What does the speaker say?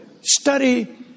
study